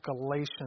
Galatians